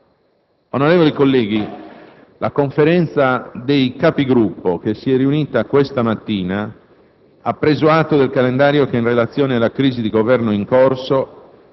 Onorevoli colleghi, la Conferenza dei Capigruppo, riunitasi questa mattina, ha preso atto del calendario che, in relazione alla crisi di Governo in corso